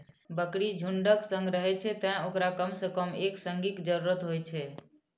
बकरी झुंडक संग रहै छै, तें ओकरा कम सं कम एक संगी के जरूरत होइ छै